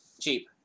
Cheap